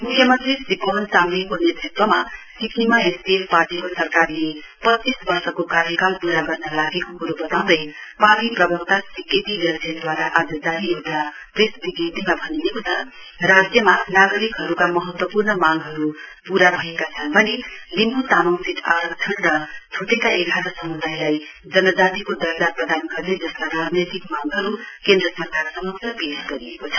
म्ख्यमन्त्री श्री पवन चामलिङको नेतृत्वमा सिक्कममा एसडिएफ पार्टीको सरकारले पच्चीस वर्षको कार्यकाल पूरा गर्न लागेको क्रो बताउँदै पार्टी प्रवक्ता श्री के टी ग्याल्छेनद्वारा आज जारी एउटा प्रेस विज्ञप्तीमा भनिएको छ राज्यमा नागरिकहरूका महत्वपूर्ण मांगहरू पूरा हनका साथै लिम्बू तामङ सीट आरक्षण र छ्टेका एघार समुदायलाई जनजातिको दर्जा प्रदान गर्ने जस्ता राजनैतिक मांगहरू केन्द्र सरकार समक्ष गरिएको छ